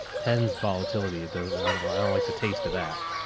tens volatility. it doesn't, i don't, i don't like the taste of that.